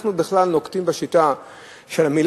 אנחנו בכלל נוקטים שיטה שחינוך